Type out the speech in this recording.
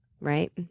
Right